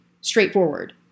straightforward